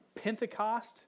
Pentecost